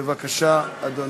בבקשה, אדוני.